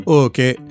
okay